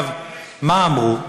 מה אמרו?